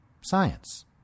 science